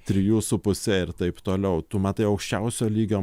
trijų su puse ir taip toliau tu matai aukščiausio lygio